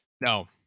No